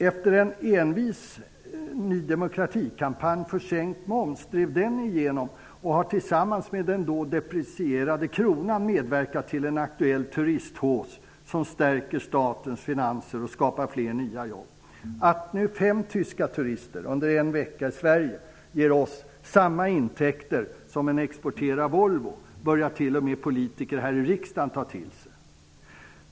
Efter en envis Nydemokratikampanj för sänkt moms drevs den igenom och har tillsammans med den deprecierade kronan medverkat till en aktuell turisthausse som stärker statens finanser och skapar fler nya jobb. Att fem tyska turister under en vecka i Sverige ger oss samma intäkter som en exporterad Volvo börjar t.o.m. politiker här i riksdagen ta till sig.